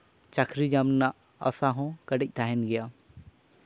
ᱪᱟᱹᱠᱨᱤ ᱧᱟᱢ ᱨᱮᱱᱟᱜ ᱟᱥᱟ ᱦᱚᱸ ᱠᱟᱹᱴᱤᱪ ᱛᱟᱦᱮᱱ ᱜᱮᱭᱟ